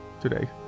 today